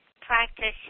practicing